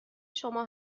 شما